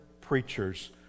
preachers